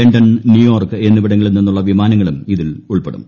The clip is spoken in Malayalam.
ലണ്ടൻ ന്യൂയോർക്ക് എന്നിവിടങ്ങളിൽ നിന്നുള്ള വിമാനങ്ങളും ഇതിൽ ഉൾപ്പെടും